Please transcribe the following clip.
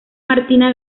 martina